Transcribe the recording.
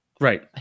Right